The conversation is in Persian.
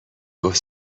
گفت